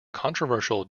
controversial